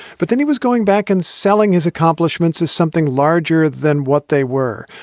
but then he was going back and selling his accomplishments as something larger than what they were.